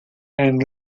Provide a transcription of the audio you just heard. and